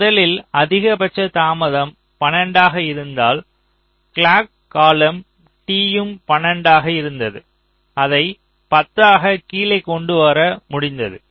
முதலில் அதிகபட்ச தாமதம் 12 ஆக இருந்ததால் கிளாக் காலம் T யும் 12 ஆக இருந்தது அதை 10 ஆக கீழே கொண்டு வர முடிந்தது